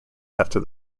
after